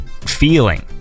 feeling